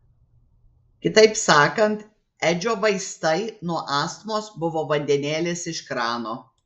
kitaip sakant edžio vaistai nuo astmos buvo vandenėlis iš krano